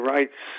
Rights